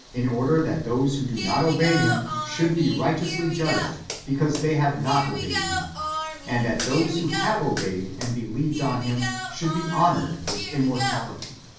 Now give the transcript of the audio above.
in order that those who do not obey him should be righteously judged because they have not obeyed him and that those who have obeyed and believed on him should be honoured with immortality.